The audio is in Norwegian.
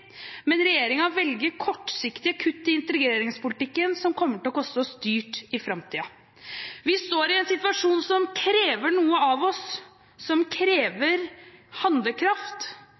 men regjeringen velger kortsiktige kutt i integreringspolitikken, som kommer til å koste oss dyrt i framtiden. Vi står i en situasjon som krever noe av oss, som krever handlekraft,